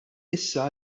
issa